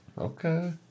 okay